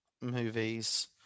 movies